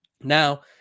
Now